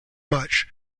much